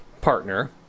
partner